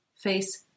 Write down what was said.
face